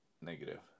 negative